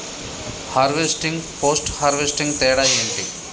Harvesting, post harvesting తేడా ఏంటి?